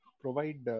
provide